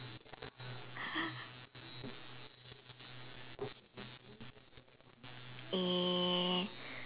uh